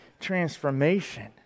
transformation